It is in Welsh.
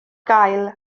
gael